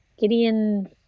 Gideon